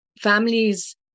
families